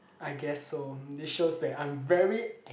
I guess so this shows that I'm very